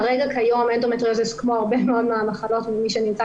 כרגע כיום אנדומטריוזיס כמו הרבה מהמחלות של מי שנמצא